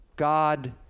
God